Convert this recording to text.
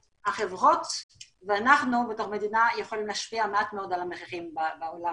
החברות ואנחנו בתוך המדינה יכולים להשפיע מעט מאוד על המחירים בעולם